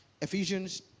Ephesians